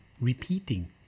repeating